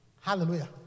Hallelujah